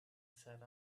sat